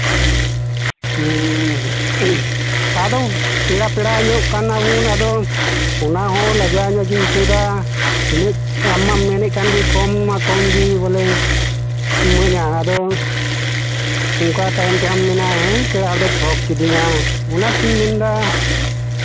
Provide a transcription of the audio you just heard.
ᱦᱮᱸ ᱟᱫᱚ ᱯᱮᱲᱟ ᱯᱮᱲᱟ ᱧᱚᱜ ᱠᱟᱱᱟᱵᱚᱱ ᱟᱫᱚ ᱚᱟ ᱦᱚᱸ ᱞᱟᱡᱟᱣ ᱧᱚᱜ ᱜᱤᱧ ᱟᱹᱭᱠᱟᱹᱣ ᱮᱫᱟ ᱩᱱᱟᱹᱜ ᱟᱢᱢᱟᱢ ᱢᱮᱱ ᱮᱫ ᱠᱟᱱᱜᱮ ᱠᱚᱢ ᱢᱟ ᱠᱚᱢᱜᱮ ᱵᱚᱞᱮ ᱤᱢᱟᱹᱧᱟ ᱟᱫᱚ ᱱᱝᱠᱟ ᱛᱟᱭᱚᱢ ᱛᱮᱜᱟᱸᱜ ᱮᱢ ᱢᱮᱱᱟ ᱦᱮᱸ ᱯᱮᱲᱟ ᱦᱚᱲ ᱫᱚᱭ ᱴᱷᱚᱠ ᱠᱤᱫᱤᱧᱟ ᱚᱱᱟᱛᱤᱧ ᱢᱮᱱᱫᱟ